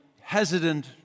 hesitant